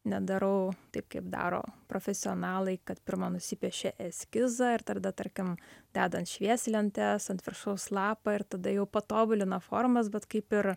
nedarau taip kaip daro profesionalai kad pirma nusipiešia eskizą ir tarda tarkim deda ant švieslentės ant viršaus lapą ir tada jau patobulina formas bet kaip ir